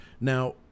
now